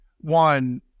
One